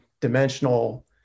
dimensional